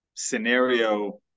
scenario